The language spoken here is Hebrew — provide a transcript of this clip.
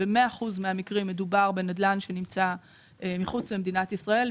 במאה אחוז מהמקרים מדובר בנדל"ן שנמצא מחוץ למדינת ישראל,